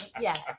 Yes